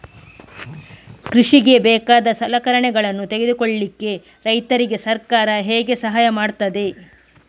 ಕೃಷಿಗೆ ಬೇಕಾದ ಸಲಕರಣೆಗಳನ್ನು ತೆಗೆದುಕೊಳ್ಳಿಕೆ ರೈತರಿಗೆ ಸರ್ಕಾರ ಹೇಗೆ ಸಹಾಯ ಮಾಡ್ತದೆ?